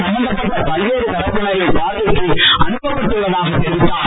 சம்பந்தப்பட்ட பல்வேறு தரப்பினரின் பார்வைக்கு அனுப்ப்பட்டு உள்ளதாக தெரிவித்தார்